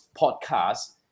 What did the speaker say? podcast